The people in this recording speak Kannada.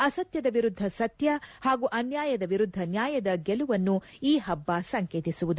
ಅಸತ್ಲದ ವಿರುದ್ದ ಸತ್ಯ ಹಾಗೂ ಅನ್ಲಾಯದ ವಿರುದ್ದ ನ್ಲಾಯದ ಗೆಲುವನ್ನು ಈ ಹಬ್ಲ ಸಂಕೇತಿಸುವುದು